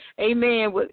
amen